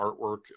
artwork